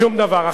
שום דבר.